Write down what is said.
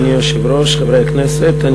אדוני היושב-ראש, חברי הכנסת,